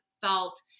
felt